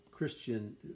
Christian